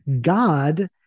God